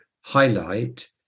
highlight